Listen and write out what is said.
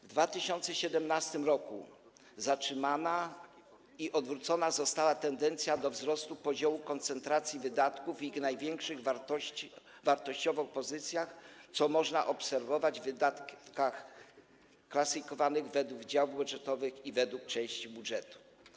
W 2017 r. zatrzymana i odwrócona została tendencja do wzrostu poziomu koncentracji wydatków w ich największych wartościowo pozycjach, co można obserwować w wydatkach klasyfikowanych według działów budżetowych i według części budżetu.